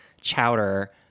chowder